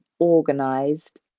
organised